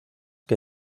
que